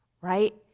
right